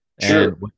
Sure